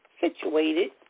situated